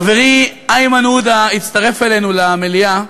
חברי איימן עודה הצטרף אלינו למליאה,